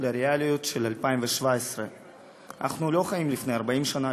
לריאליות של 2017. אנחנו לא חיים לפני 40 שנה,